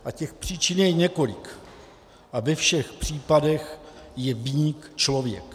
A těch příčin je několik a ve všech případech je viník člověk.